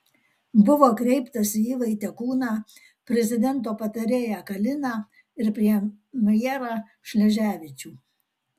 buvo kreiptasi į vaitekūną prezidento patarėją kaliną ir premjerą šleževičių